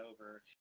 over